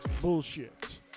bullshit